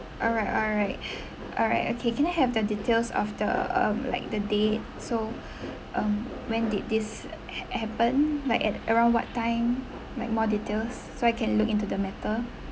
alright alright alright okay can have the details of the um like the day so um when did this ha~ happen like at around what time like more details so I can look into the matter